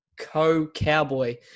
co-cowboy